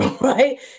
Right